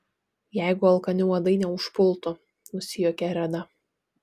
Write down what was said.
jeigu alkani uodai neužpultų nusijuokė reda